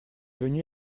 venu